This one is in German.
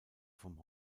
vom